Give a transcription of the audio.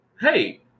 Hey